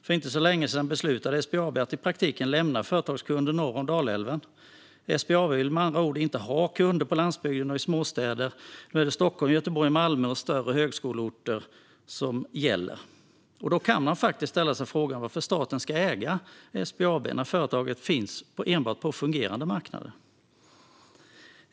För inte så länge sedan beslutade SBAB att i praktiken lämna företagskunder norr om Dalälven. SBAB vill med andra ord inte ha kunder på landsbygden och i småstäder. Nu är det Stockholm, Göteborg, Malmö och större högskoleorter som gäller. Då kan man faktiskt ställa sig frågan varför staten ska äga SBAB, när företaget enbart finns på fungerande marknader.